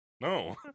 No